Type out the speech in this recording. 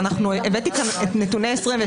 הבאתי כאן את נתוני 2022,